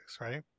right